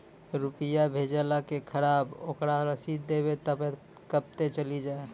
रुपिया भेजाला के खराब ओकरा रसीद देबे तबे कब ते चली जा?